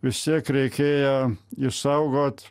vis tiek reikėjo išsaugoti